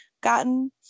gotten